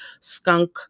skunk